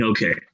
Okay